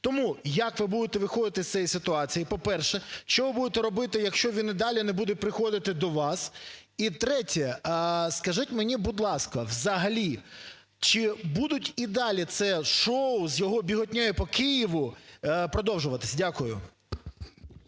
Тому, як ви будете виходити з цієї ситуації, по-перше? Що ви будете робити, якщо він і далі не буде приходити до вас? І третє, скажіть мені, будь ласка, взагалі чи будуть і далі це шоу з його біготнею по Києву продовжуватись? Дякую.